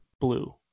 blue